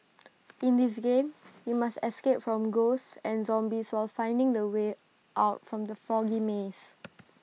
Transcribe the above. in this game you must escape from ghosts and zombies while finding the way out from the foggy maze